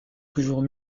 toujours